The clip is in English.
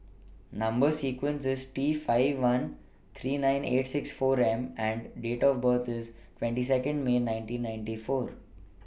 Number sequence IS T five one three nine eight six four M and Date of birth IS twenty Second May nineteen ninety four